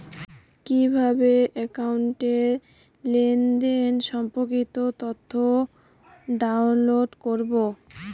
কিভাবে একাউন্টের লেনদেন সম্পর্কিত তথ্য ডাউনলোড করবো?